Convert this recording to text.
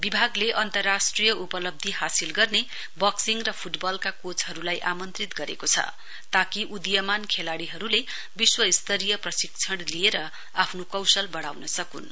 विभागले अन्तराष्ट्रिय उपलब्धी हासिल गर्ने बक्सिङ र फुटबलका कोचहरुलाई आमन्त्रित गरेको छ ताकि उदीयमान खेलाड़ीहरुले विश्वस्तरीय प्रशिक्षण लिएर आफ्नो कौशल वढ़ाउन सकुन्